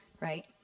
Right